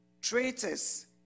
traitors